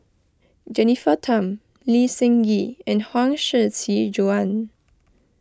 Jennifer Tham Lee Seng Gee and Huang Shiqi Joan